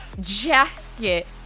jacket